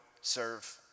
serve